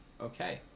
Okay